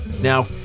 Now